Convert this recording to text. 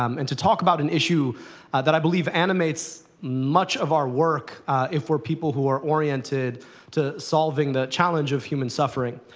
um and to talk about an issue that i believe animates much of our work for people who are oriented to solving the challenge of human suffering.